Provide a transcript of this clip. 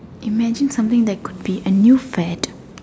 imagine something that could be a new fad